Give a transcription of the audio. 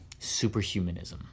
Superhumanism